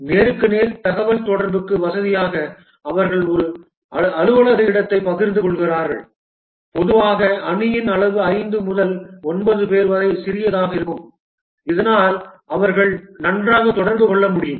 நேருக்கு நேர் தகவல்தொடர்புக்கு வசதியாக அவர்கள் ஒரு அலுவலக இடத்தைப் பகிர்ந்து கொள்கிறார்கள் பொதுவாக அணியின் அளவு 5 முதல் 9 பேர் வரை சிறியதாக இருக்கும் இதனால் அவர்கள் நன்றாக தொடர்பு கொள்ள முடியும்